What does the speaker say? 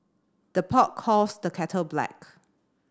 the pot calls the kettle black